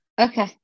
Okay